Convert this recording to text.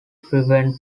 prevent